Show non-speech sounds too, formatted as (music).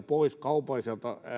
(unintelligible) pois kaupalliselta